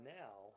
now